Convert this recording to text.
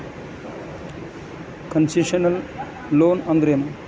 Concessional loan ಅಂದ್ರೇನು?